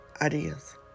ideas